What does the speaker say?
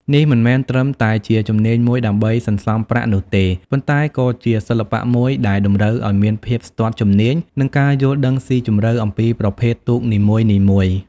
នេះមិនមែនត្រឹមតែជាជំនាញមួយដើម្បីសន្សំប្រាក់នោះទេ ប៉ុន្តែក៏ជាសិល្បៈមួយដែលតម្រូវឲ្យមានភាពស្ទាត់ជំនាញ និងការយល់ដឹងស៊ីជម្រៅអំពីប្រភេទទូកនីមួយៗ។